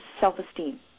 self-esteem